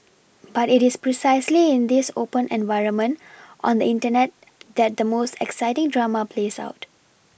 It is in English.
but it is precisely in this open environment on the Internet that the most exciting drama plays out